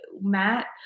Matt